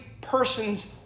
person's